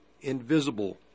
invisible